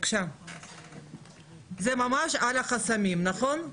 זה ממש על החסמים, נכון?